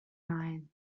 nine